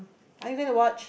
are you going to watch